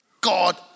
God